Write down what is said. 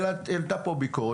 הועלתה פה ביקורת.